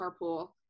carpool